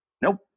Nope